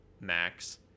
max